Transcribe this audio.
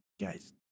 guys